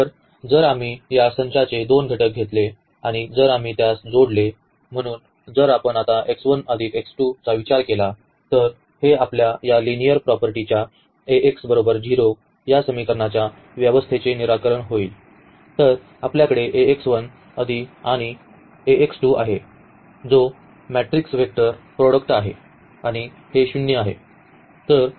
तर जर आम्ही या संचाचे दोन घटक घेतले आणि जर आम्ही त्यास जोडले म्हणून जर आपण आता चा विचार केला तर हे आपल्या या लिनिअर प्रॉपर्टीच्या या समीकरणाच्या व्यवस्थेचे निराकरण होईल तर आपल्याकडे आणि नंतर आहे जो मॅट्रिक्स वेक्टर प्रोडक्ट आहे आणि हे 0 आहे